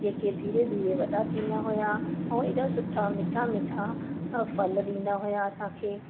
जेके धीरे धीरे वॾा थींदा हुया ऐं एॾा सुठा मिठा मिठा फल ॾींदा हुया असांखे